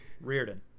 Reardon